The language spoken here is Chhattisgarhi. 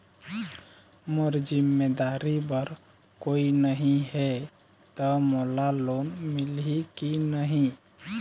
मोर जिम्मेदारी बर कोई नहीं हे त मोला लोन मिलही की नहीं?